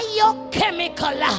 Biochemical